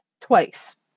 twice